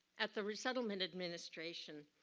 at the resettlement administration,